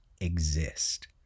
exist